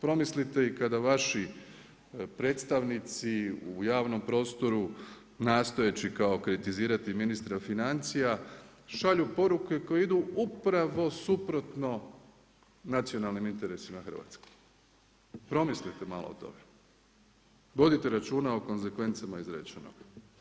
Promislite i kada vaši predstavnici u javnom prostoru nastojeći kao kritizirati ministra financija šalju poruke koje idu upravo suprotno nacionalnim interesima Hrvatske, promislite malo o tome, vodite računa o konzekvencama izrečenog.